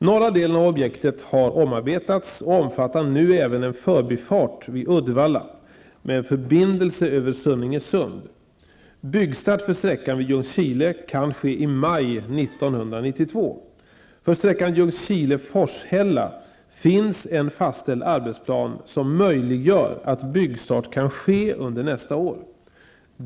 Norra delen av objektet har omarbetats och omfattar nu även en förbifart vid Uddevalla med en förbindelse över Ljungskile kan ske i maj 1992. För sträckan Ljungskile--Forshälla finns en fastställd arbetsplan som möjliggör att byggstart kan ske under nästa år.